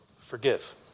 Forgive